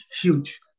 huge